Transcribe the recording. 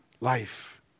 life